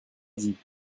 dit